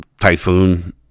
typhoon